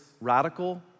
radical